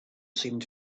seemed